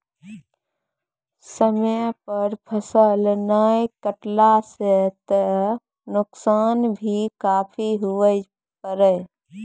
समय पर फसल नाय कटला सॅ त नुकसान भी काफी हुए पारै